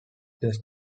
does